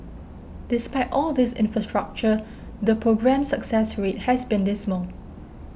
despite all this infrastructure the programme's success rate has been dismal